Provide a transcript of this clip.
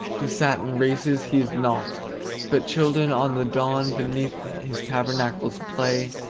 to satin races he is nought but children on the don beneath his tabernacles play,